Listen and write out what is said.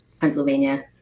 Pennsylvania